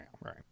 Right